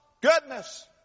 goodness